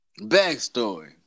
Backstory